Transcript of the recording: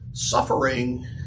suffering